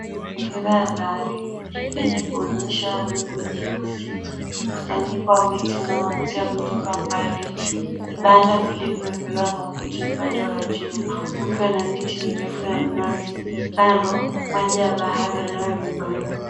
Mazingira ya baharini yenye kuonyesha wingu jeusi, mkusanyiko wa miti unaoanzia kutoka mbali, vibanda vilivyoekelewa makuti upande wa juu, ukiwa na miti mirefu ya mnazi kando, maji ya bahari yanayoyumbayumba.